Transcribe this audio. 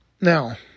Now